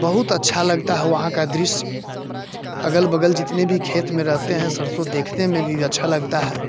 बहुत अच्छा लगता है वहाँ का दृश्य अगल बग़ल जितने भी खेत में रहते हैं सरसों देखने में भी अच्छी लगती है